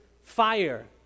fire